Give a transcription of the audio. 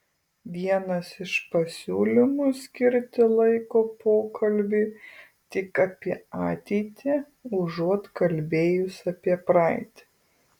vienas iš pasiūlymų skirti laiko pokalbiui tik apie ateitį užuot kalbėjus apie praeitį